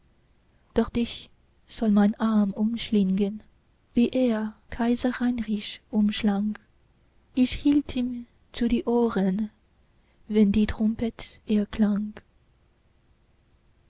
doch dich soll mein arm umschlingen wie er kaiser heinrich umschlang ich hielt ihm zu die ohren wenn die trompet erklang